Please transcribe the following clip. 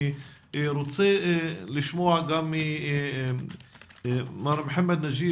אני רוצה לשמוע גם ממר מוחמד מחמיד,